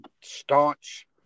staunch